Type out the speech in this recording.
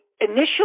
initially